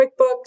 QuickBooks